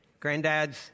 Granddads